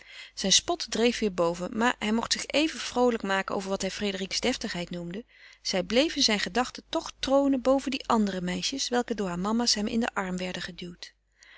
zijn spot dreef weêr boven maar hij mocht zich even vroolijk maken over wat hij frédérique's deftigheid noemde zij bleef in zijne gedachte toch tronen boven die andere meisjes welke door haar mama's hem in den arm werden geduwd